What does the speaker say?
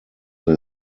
they